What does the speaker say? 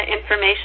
information